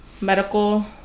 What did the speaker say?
medical